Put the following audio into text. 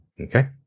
Okay